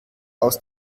aus